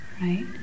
Right